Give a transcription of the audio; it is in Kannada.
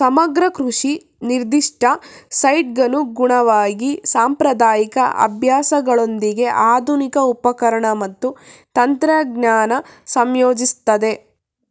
ಸಮಗ್ರ ಕೃಷಿ ನಿರ್ದಿಷ್ಟ ಸೈಟ್ಗನುಗುಣವಾಗಿ ಸಾಂಪ್ರದಾಯಿಕ ಅಭ್ಯಾಸಗಳೊಂದಿಗೆ ಆಧುನಿಕ ಉಪಕರಣ ಮತ್ತು ತಂತ್ರಜ್ಞಾನ ಸಂಯೋಜಿಸ್ತದೆ